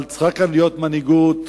צריכה להיות כאן מנהיגות,